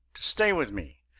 to stay with me!